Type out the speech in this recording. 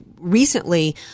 recently